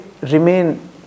remain